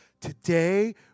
today